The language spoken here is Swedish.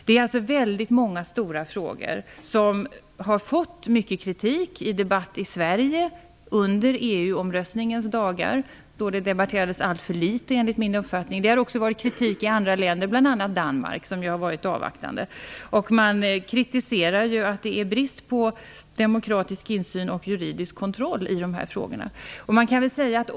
Det gäller väldigt många stora frågor, som har fått mycket kritik i debatten i Sverige under EU omröstningens dagar. Då debatterades det här alltför litet enligt min uppfattning. Kritik har också funnits i andra länder. Det gäller t.ex. Danmark, där man har varit avvaktande. Man kritiserar att det är brist på demokratisk insyn i och juridisk kontroll av dessa frågor.